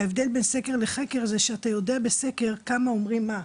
ההבדל בין סקר לחקר הוא שאתה יודע בסקר כמה אומרים מה.